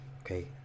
Okay